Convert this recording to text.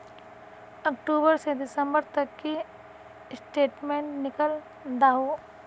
अक्टूबर से दिसंबर तक की स्टेटमेंट निकल दाहू?